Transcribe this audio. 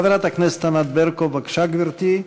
חברת הכנסת ענת ברקו, בבקשה, גברתי.